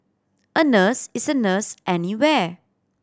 a nurse is a nurse anywhere